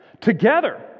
together